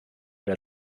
der